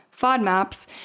FODMAPs